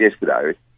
yesterday